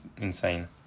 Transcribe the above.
insane